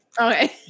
Okay